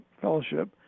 fellowship